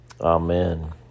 Amen